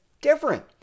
Different